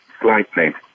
slightly